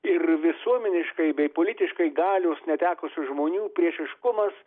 ir visuomeniškai bei politiškai galios netekusių žmonių priešiškumas